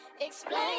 explain